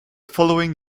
following